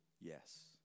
Yes